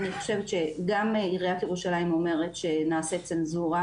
אני חושבת שגם עיריית ירושלים אומרת שנעשית צנזורה,